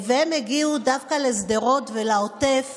הם הגיעו דווקא לשדרות ולעוטף